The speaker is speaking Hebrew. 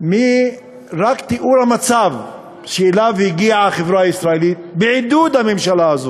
רק מתיאור המצב שאליו הגיעה החברה הישראלית בעידוד הממשלה הזו.